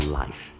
life